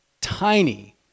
Tiny